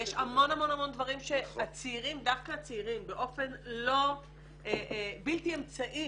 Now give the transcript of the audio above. יש המון המון דברים שדווקא הצעירים באופן בלתי אמצעי